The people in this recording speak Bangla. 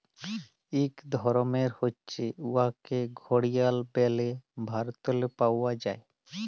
ইক রকমের হছে উয়াকে ঘড়িয়াল ব্যলে ভারতেল্লে পাউয়া যায়